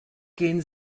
gehen